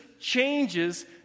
changes